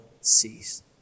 cease